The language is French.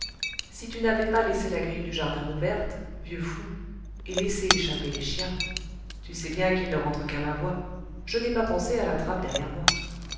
si tu n'avais pas laissé la grille du jardin ouverte vieux fou et laissé échapper les chiens tu sais bien qu'ils ne rentrent qu'à ma voix je n'ai pas pensé à la trappe derrière moi